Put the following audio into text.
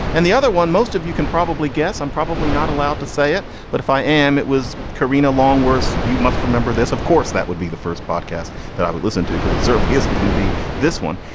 and the other one most of you can probably guess i'm probably not allowed to say it, but if i am, it was korina longworth's. you must remember this. of course. that would be the first podcast that i would listen to, because it certainly isn't going to be this one.